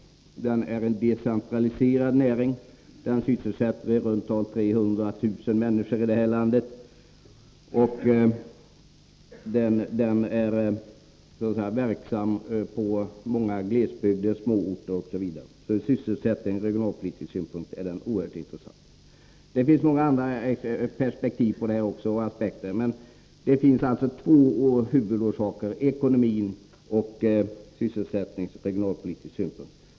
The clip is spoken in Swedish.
Den är en decentraliserad näring. Den sysselsätter i runt tal 300 000 människor i vårt land, och den finns i många glesbygder och småorter. Från sysselsättningspolitisk och regionalpolitisk synpunkt är den därför mycket intressant. Det finns många andra perspektiv också, men det finns alltså två huvudaspekter: ekonomin och de sysselsättningspolitiska och regionalpolitiska synpunkterna.